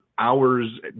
hours